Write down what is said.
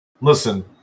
Listen